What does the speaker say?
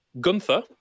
Gunther